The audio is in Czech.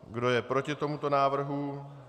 Kdo je proti tomuto návrhu?